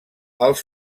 els